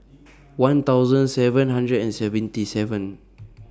one thousand seven hundred and seventy seven